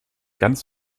ganz